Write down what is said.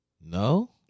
no